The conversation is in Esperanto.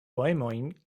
poemojn